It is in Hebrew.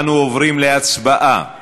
אנו עוברים להצבעה על